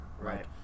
Right